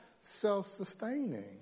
self-sustaining